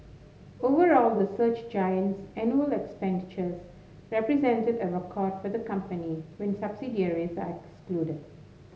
overall the search giant's annual expenditures represented a record for the company when subsidiaries are excluded